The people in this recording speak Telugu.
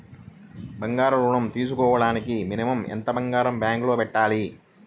బంగారం ఋణం తీసుకోవడానికి మినిమం ఎంత బంగారం బ్యాంకులో పెట్టాలి?